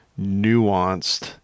nuanced